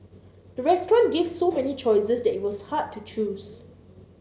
the restaurant gave so many choices that it was hard to choose